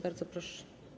Bardzo proszę.